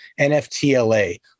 NFTLA